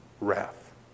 wrath